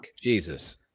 Jesus